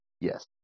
Yes